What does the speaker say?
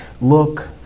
Look